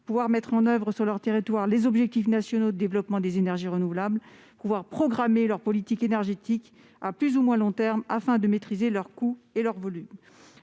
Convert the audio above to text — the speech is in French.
pouvoir mettre en oeuvre sur leur territoire les objectifs nationaux de développement des énergies renouvelables, pouvoir programmer leur politique énergétique à plus ou moins long terme afin de maîtriser leurs coûts et leurs voulu